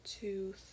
two